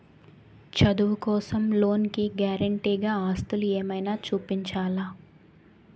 చదువు కోసం లోన్ కి గారంటే గా ఆస్తులు ఏమైనా చూపించాలా?